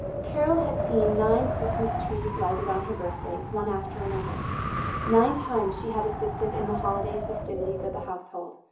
carol had seen nine christmas trees lighted on her birthdays, one after another nine times she had assisted in the holiday festivities of the household,